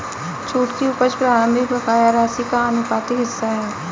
छूट की उपज प्रारंभिक बकाया राशि का आनुपातिक हिस्सा है